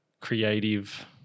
creative